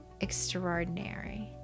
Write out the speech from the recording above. extraordinary